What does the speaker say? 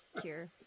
cure